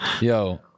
yo